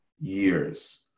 years